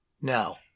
No